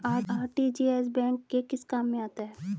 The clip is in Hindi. आर.टी.जी.एस बैंक के किस काम में आता है?